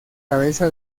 cabeza